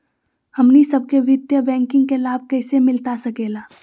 हमनी सबके वित्तीय बैंकिंग के लाभ कैसे मिलता सके ला?